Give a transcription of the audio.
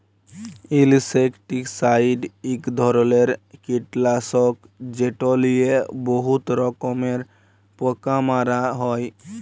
insecticide ইক ধরলের কিটলাসক যেট লিয়ে বহুত রকমের পোকা মারা হ্যয়